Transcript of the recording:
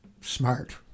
smart